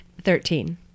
Thirteen